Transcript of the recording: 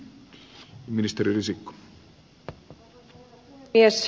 arvoisa herra puhemies